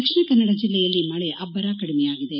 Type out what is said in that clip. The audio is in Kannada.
ದಕ್ಷಿಣ ಕನ್ನಡ ಜಿಲ್ಲೆಯಲ್ಲಿ ಮಳೆ ಅಬ್ದರ ಕಡಿಮೆಯಾಗಿದೆ